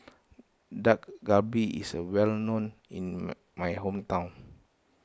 Dak Galbi is well known in my hometown